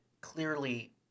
clearly